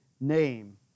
name